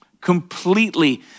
completely